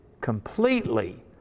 completely